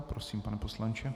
Prosím, pane poslanče.